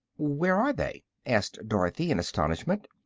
where are they? asked dorothy, in astonishment.